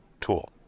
tool